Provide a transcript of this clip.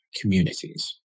communities